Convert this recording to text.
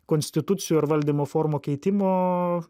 konstitucijų ir valdymo formų keitimo